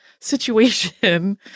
situation